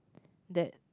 that